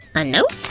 a note?